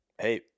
Hey